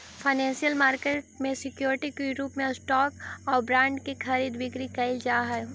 financial market में security के रूप में स्टॉक आउ बॉन्ड के खरीद बिक्री कैल जा हइ